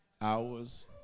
hours